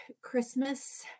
Christmas